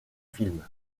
films